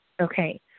Okay